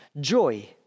joy